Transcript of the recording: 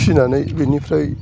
फिनानै बेनिफ्राइ